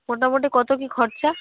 মোটামুটি কত কি খরচা